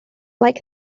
like